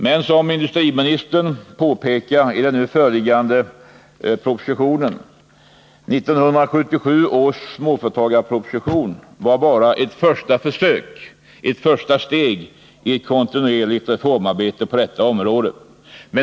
Men, som industriministern också påpekar i den nu föreliggande propositionen, 1977 års småföretagarproposition var bara ett första steg i ett kontinuerligt reformarbete på detta område.